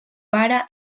pare